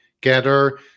Getter